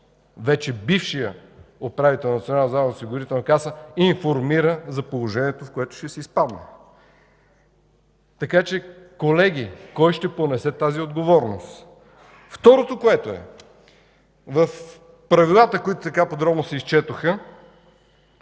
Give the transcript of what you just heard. вече бившият управител на Националната здравноосигурителна каса информира за положението, в което ще се изпадне. Така че, колеги, кой ще понесе тази отговорност? Трето, в правилата, които така подробно се изчетоха